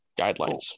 guidelines